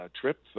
trip